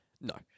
No